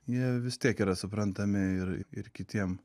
jie vis tiek yra suprantami ir ir kitiem